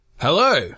Hello